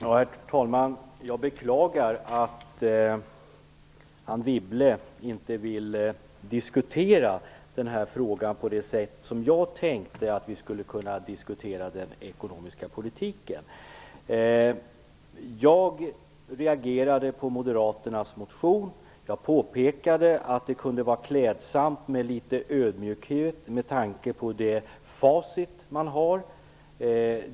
Herr talman! Jag beklagar att Anne Wibble inte vill diskutera den här frågan på det sätt som jag tänkte att vi skulle kunna diskutera den ekonomiska politiken. Jag reagerade på moderaternas motion. Jag påpekade att det kunde vara klädsamt med litet mera ödmjukhet med tanke på det facit man har.